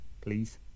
Please